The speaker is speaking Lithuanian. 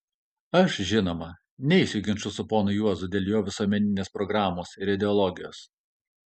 aš žinoma neisiu į ginčus su ponu juozu dėl jo visuomeninės programos ir ideologijos